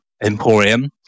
emporium